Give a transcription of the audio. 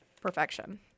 perfection